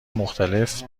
مختلف